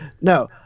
no